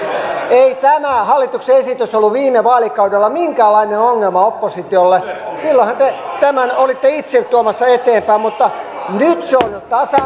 ei tämä hallituksen esitys ollut viime vaalikaudella minkäänlainen ongelma oppositiolle silloinhan te tätä olitte itse tuomassa eteenpäin mutta nyt se on jo tasa